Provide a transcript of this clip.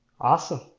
Awesome